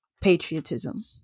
patriotism